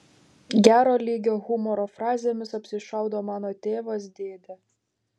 gero lygio humoro frazėmis apsišaudo mano tėvas dėdė